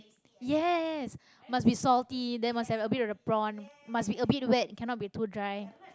yes must be salty there must be a bit of prawn must be a bit wet cannot be too dry